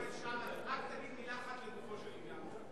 כרמל שאמה, רק תגיד מלה אחת לגופו של עניין.